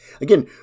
Again